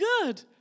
good